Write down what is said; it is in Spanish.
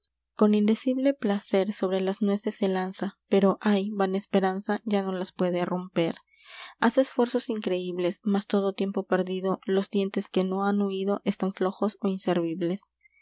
con indecible placer sobre las nueces se lanza pero a y i vana esperanza ya no las puede romper hace esfuerzos increíbles mas todo tiempo perdido los dientes que no han huido están flojos ó inservibles